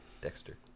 Dexter